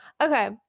Okay